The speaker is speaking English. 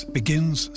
begins